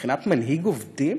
מבחינת מנהיג עובדים,